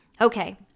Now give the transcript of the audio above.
Okay